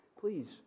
please